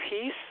Peace